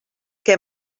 què